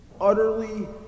utterly